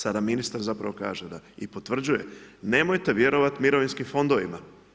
Sada ministar zapravo kaže da i potvrđuje, nemojte vjerovati mirovinskim fondovima.